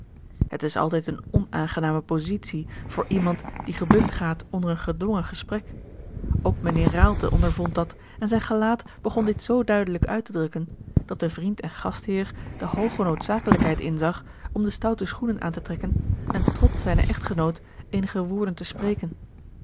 het is altijd eene onaangename positie voor iemand die gebukt gaat onder een gedwongen gesprek ook mijnheer raalte ondervond dat en zijn gelaat begon dit zoo duidelijk uit te drukken dat de vriend en gastheer de hooge noodzakelijkheid inzag om de stoute schoenen aan te trekken en trots zijne echtgenoot eenige woorden te spreken